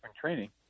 training